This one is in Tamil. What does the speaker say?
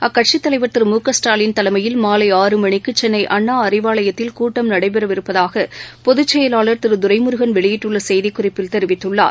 அக்கட்சித் தலைவர் திரு மு க ஸ்டாலின் தலைமையில் மாலை ஆறுமணிக்கு சென்னை அண்ணா அறிவாலயத்தில் நடைபெற இருப்பதாக பொதுச் செயலாளர் திரு துரைமுருகள் வெளியிட்டுள்ள செய்திக்குறிப்பில் தெரிவித்துள்ளார்